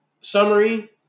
summary